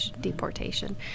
Deportation